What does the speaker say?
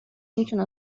میتونه